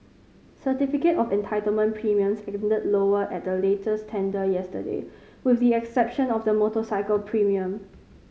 certificate of entitlement premiums ended lower at the latest tender yesterday with the exception of the motorcycle premium